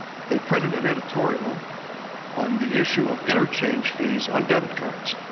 they printed an editorial on the issue of interchange fees on debit cards